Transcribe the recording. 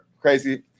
crazy